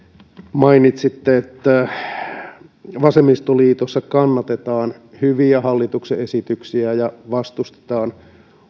mainitsitte että vasemmistoliitossa kannatetaan hyviä hallituksen esityksiä ja vastustetaan